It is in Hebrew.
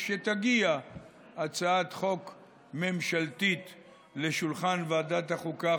כשתגיע הצעת חוק ממשלתית לשולחן ועדת החוקה,